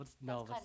no